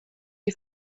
die